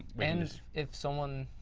and if someone